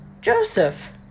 Joseph